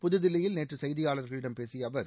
புதுதில்லியில் நேற்று செய்தியாளர்களிடம் பேசிய அவர்